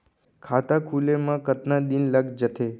खाता खुले में कतका दिन लग जथे?